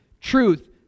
truth